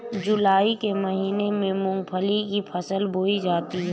जूलाई के महीने में मूंगफली की फसल बोई जाती है